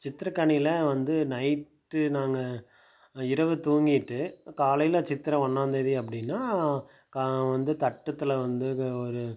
சித்திரை கனியில் வந்து நைட்டு நாங்கள் இரவு தூங்கிவிட்டு காலையில் சித்திரை ஒன்றாந்தேதி அப்படினா வந்து தட்டத்தில் வந்து ஒரு